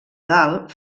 dalt